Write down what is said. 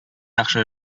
яхшы